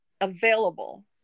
available